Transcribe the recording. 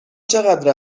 چقدر